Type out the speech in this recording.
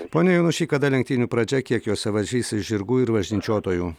pone jonušy kada lenktynių pradžia kiek juose varžysis žirgų ir važnyčiotojų